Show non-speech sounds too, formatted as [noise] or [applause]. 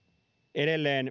edelleen [unintelligible]